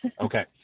Okay